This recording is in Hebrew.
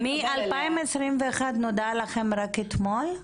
אליה --- מ-2021 נודע לכם רק אתמול?